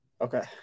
okay